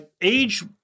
age